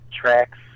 tracks